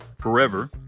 forever